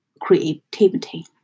creativity